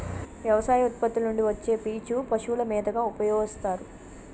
వ్యవసాయ ఉత్పత్తుల నుండి వచ్చే పీచు పశువుల మేతగా ఉపయోస్తారు